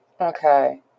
Okay